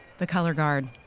the color guard,